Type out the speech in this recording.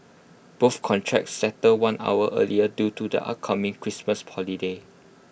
both contracts settled one hour early due to the upcoming Christmas holiday